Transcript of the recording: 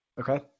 Okay